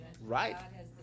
right